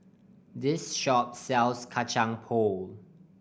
this shop sells Kacang Pool